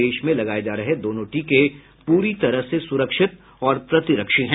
देश में लगाए जा रहे दोनों टीके पूरी तरह से सुरक्षित और प्रतिरक्षी है